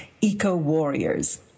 eco-warriors